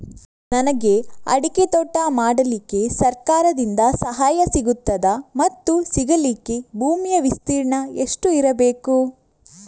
ನನಗೆ ಅಡಿಕೆ ತೋಟ ಮಾಡಲಿಕ್ಕೆ ಸರಕಾರದಿಂದ ಸಹಾಯ ಸಿಗುತ್ತದಾ ಮತ್ತು ಸಿಗಲಿಕ್ಕೆ ಭೂಮಿಯ ವಿಸ್ತೀರ್ಣ ಎಷ್ಟು ಇರಬೇಕು?